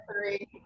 three